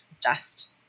dust